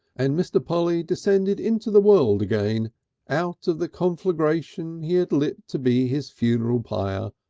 and mr. polly descended into the world again out of the conflagration he had lit to be his funeral pyre,